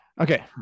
Okay